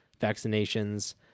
vaccinations